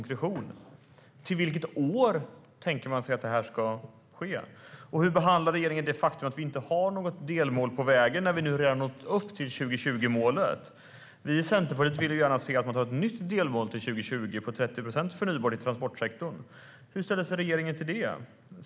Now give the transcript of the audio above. Vilket år tänker man att det här ska uppnås? Och hur behandlar regeringen det faktum att vi inte har något delmål på vägen när vi nu redan har nått upp till 2020-målet? Vi i Centerpartiet vill gärna se att man antar ett nytt delmål till 2020 på 30 procent förnybart i transportsektorn. Hur ställer sig regeringen till det?